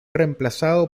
reemplazado